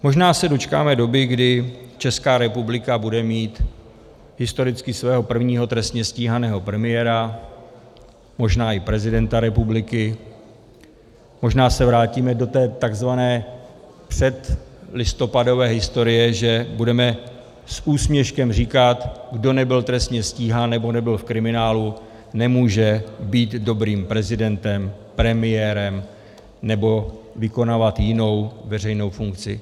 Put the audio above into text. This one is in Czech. Možná se dočkáme doby, kdy Česká republika bude mít historicky svého prvního trestně stíhaného premiéra, možná i prezidenta republiky, možná se vrátíme do té tzv. předlistopadové historie, že budeme s úsměškem říkat: kdo nebyl trestně stíhán nebo nebyl v kriminálu, nemůže být dobrým prezidentem, premiérem nebo vykonávat jinou veřejnou funkci.